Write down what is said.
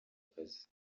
akazi